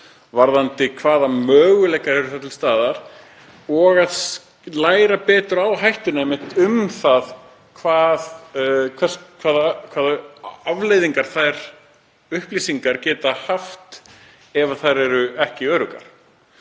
varðandi hvaða möguleikar eru þar til staðar og læra betur á hætturnar og það hvaða afleiðingar upplýsingar geta haft ef þær eru ekki öruggar.